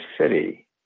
city